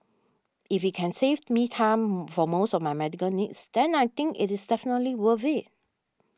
if it can save me time for most of my medical needs then I think it is definitely worth it